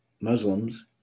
Muslims